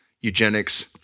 eugenics